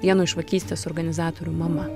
vieno iš vagystės organizatorių mama